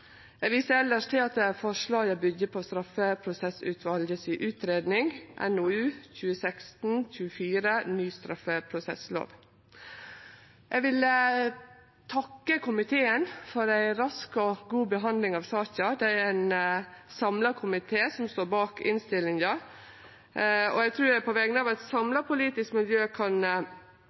til at forslaga byggjer på utgreiinga frå straffeprosessutvalet, NOU 2016:24, Ny straffeprosesslov. Eg vil takke komiteen for rask og god behandling av saka. Det er ein samla komité som står bak innstillinga. Eg trur eg på vegner av eit samla politisk miljø kan